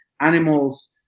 animals